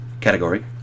category